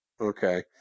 Okay